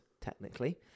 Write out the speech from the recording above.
Technically